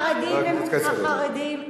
החרדים, התנועה לזכויות האזרח עומדת לצדם?